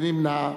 מי נמנע?